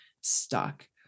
stuck